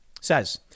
says